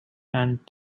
and